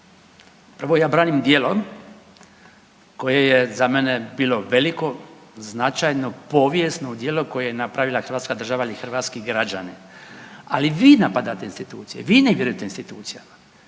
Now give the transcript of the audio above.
Prvo ja branim djelo koje je za mene bilo veliko, značajno, povijesno djelo koje je napravila hrvatska država ili hrvatski građani, ali vi napadate institucije, vi negirate institucije,